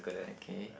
okay